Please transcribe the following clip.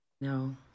No